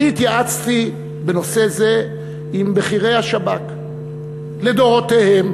אני התייעצתי בנושא זה עם בכירי השב"כ לדורותיהם,